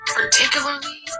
particularly